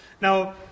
Now